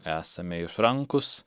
esame išrankūs